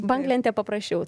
banglentė paprasčiau